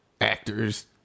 Actors